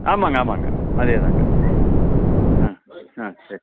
ஆமாம்ங்க ஆமாம்ங்க அதே தாங்க ஆ ஆ சரி